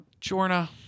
Jorna